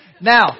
Now